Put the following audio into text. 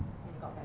they got better